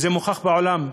וזה מוכח בעולם,